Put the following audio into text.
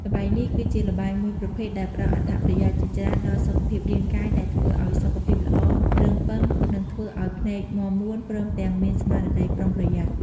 ល្បែងនេះគឺជាល្បែងមួយប្រភេទដែលផ្តល់អត្ថប្រយោជន៍ជាច្រើនដល់សុខភាពរាងកាយដែលធ្វើឲ្យសុខភាពល្អ រឹងប៉ឹង និងធ្វើឲ្យភ្នែកមាំមួន ព្រមទាំងមានស្មារតីប្រុងប្រយ័ត្ន។